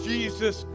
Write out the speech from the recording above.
Jesus